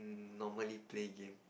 normally play game